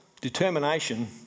determination